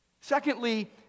Secondly